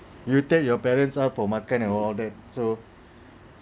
you take your parents out for makan and all that so